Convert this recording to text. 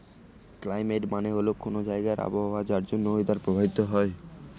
climate মানে হল কোনো জায়গার আবহাওয়া যার জন্য ওয়েদার প্রভাবিত হয়